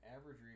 average